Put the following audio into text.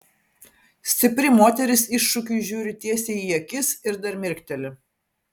stipri moteris iššūkiui žiūri tiesiai į akis ir dar mirkteli